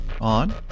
on